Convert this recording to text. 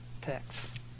text